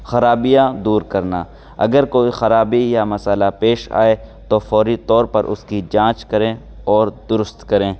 خرابیاں دور کرنا اگر کوئی خرابی یا مسئلہ پیش آئے تو فوری طور پر اس کی جانچ کریں اور درست کریں